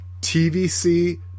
TVC